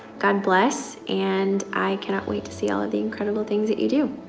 god bless and i cannot wait to see all of the incredible things that you do.